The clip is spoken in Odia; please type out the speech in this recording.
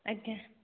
ଆଜ୍ଞା